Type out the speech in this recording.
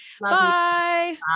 Bye